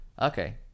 okay